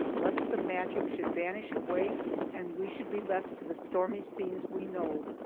lest the magic should vanish away and we should be left to the stormy scenes we know.